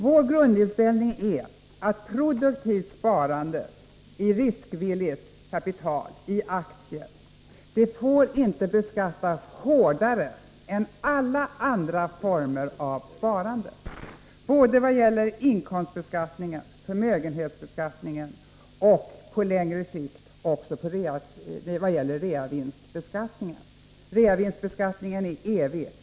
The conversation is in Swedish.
Vår grundinställning är att produktivt sparande i riskvilligt kapital, i aktier, inte får beskattas hårdare än alla andra former av sparande. Det gäller både inkomstbeskattningen, förmögenhetsbeskattningen och — på längre sikt — reavinstbeskattningen. Reavinstbeskattningen är evig.